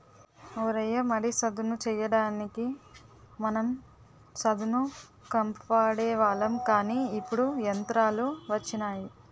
ఓ రయ్య మడి సదును చెయ్యడానికి మనం సదును కంప వాడేవాళ్ళం కానీ ఇప్పుడు యంత్రాలు వచ్చినాయి